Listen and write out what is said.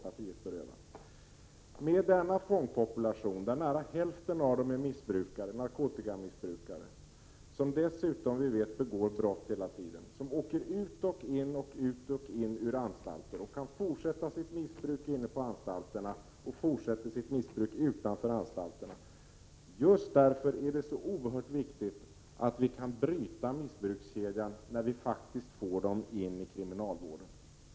Av denna fångpopulation är nära hälften narkotikamissbrukare, vilka dessutom hela tiden begår brott, åker in och ut ur anstalter, kan fortsätta sitt missbruk inne på anstalterna och fortsätter med det utanför anstalterna. Just därför är det oerhört viktigt att missbrukskedjan kan brytas när de kommer in i kriminalvården.